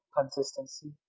consistency